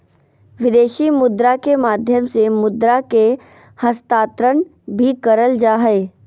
विदेशी मुद्रा के माध्यम से मुद्रा के हस्तांतरण भी करल जा हय